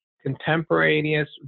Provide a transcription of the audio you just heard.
contemporaneous